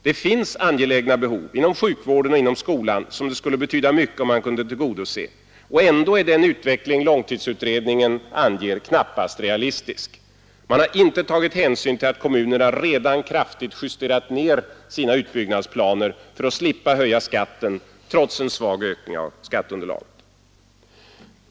Det finns angelägna behov t.ex. inom sjukvården och skolan — som det skulle betyda mycket om man kunde tillgodose. Ändå är den utveckling långtidsutredningen anger knappast realistisk. Man har inte tagit hänsyn till att kommunerna redan kraftigt justerat ned sina utbyggnadsplaner för att slippa höja skatten trots en svag ökning av skatteunderlaget.